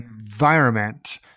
environment